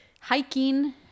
hiking